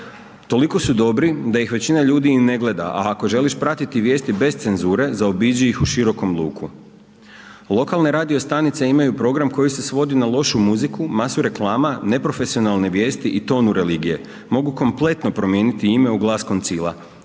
Toliko su dobri da ih većina ljudi i ne gleda, a ako želiš pratiti vijesti bez cenzure zaobiđi ih u širokom luku. Lokalne radio stanice imaju program koji se svodi na lošu muziku, masu reklama, neprofesionalne vijesti i tonu religije, mogu kompletno promijeniti ime u Glas Koncila,